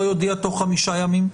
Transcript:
לא יודיע תוך 5 ימים?